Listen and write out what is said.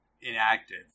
inactive